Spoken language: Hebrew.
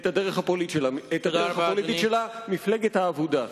מפלגת האבודה.